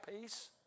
peace